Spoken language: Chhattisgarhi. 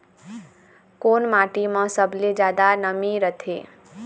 कोन माटी म सबले जादा नमी रथे?